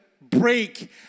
break